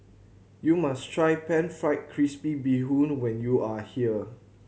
you must try Pan Fried Crispy Bee Hoon when you are here